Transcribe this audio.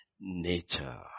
nature